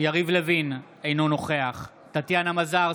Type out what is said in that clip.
יריב לוין, אינו נוכח טטיאנה מזרסקי,